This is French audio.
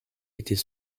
était